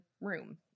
room